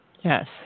Yes